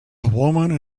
woman